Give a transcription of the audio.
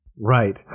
Right